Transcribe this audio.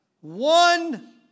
One